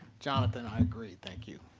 jonathan, i agree. thank you.